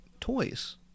toys